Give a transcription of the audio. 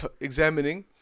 examining